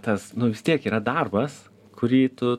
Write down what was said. tas nu vis tiek yra darbas kurį tu